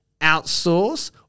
outsource